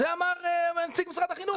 זה אמר נציג משרד החינוך.